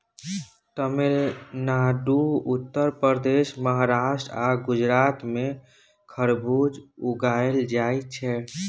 तमिलनाडु, उत्तर प्रदेश, महाराष्ट्र आ गुजरात मे खरबुज उगाएल जाइ छै